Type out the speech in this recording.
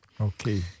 Okay